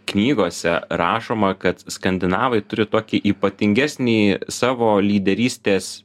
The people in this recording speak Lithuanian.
knygose rašoma kad skandinavai turi tokį ypatingesnį savo lyderystės